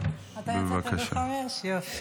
לא יודע